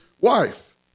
wife